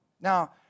Now